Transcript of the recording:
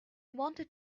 wanted